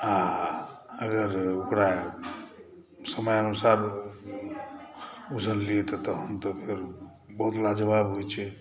आ अगर ओकरा समयानुसार उसनलिय तहन तऽ फेर बहुत लाजज़बाब होइ छै